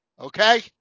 okay